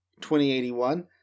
2081